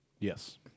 Yes